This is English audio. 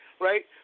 right